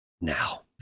now